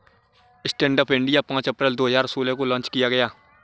stand up India पांच अप्रैल दो हजार सोलह को लॉन्च किया गया